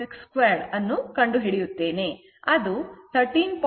66 2 ಅನ್ನು ಕಂಡುಹಿಡಿಯುತ್ತೇನೆ ಅದು 13